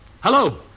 Hello